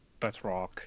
Bethrock